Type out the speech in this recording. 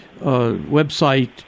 website